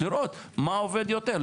לראות מה עובד יותר.